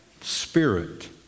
spirit